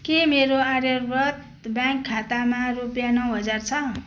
के मेरो आर्यव्रत ब्याङ्क खातामा रुपियाँ नौ हजार छ